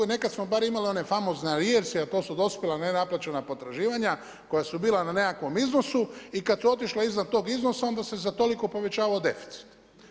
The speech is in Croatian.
Nekada smo bar imali one famozne … a to su dospjela nenaplaćena potraživanja koja su bila na nekakvom iznosu i kada su otišla iznad tog iznosa onda se za toliko povećao deficit.